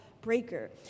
breaker